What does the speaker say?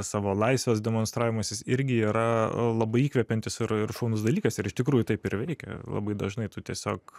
savo laisvės demonstravimas jis irgi yra labai įkvepiantis ir ir šaunus dalykas ir iš tikrųjų taip ir veikia labai dažnai tu tiesiog